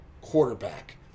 quarterback